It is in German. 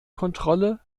kontrolle